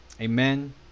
amen